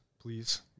please